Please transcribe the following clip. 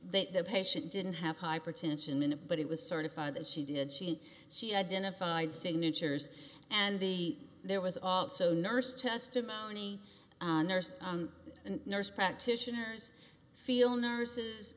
they the patient didn't have hypertension in it but it was certified that she did she she identified signatures and the there was also nurse testimony nurse and nurse practitioners feel nurses